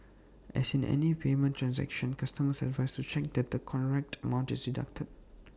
as in any payment transaction customers are advised to check that the correct amount is deducted